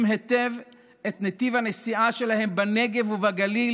היטב את נתיב הנסיעה שלהם בנגב ובגליל,